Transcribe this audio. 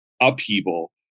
upheaval